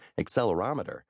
accelerometer